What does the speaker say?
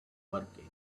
woking